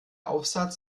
aufsatz